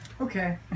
Okay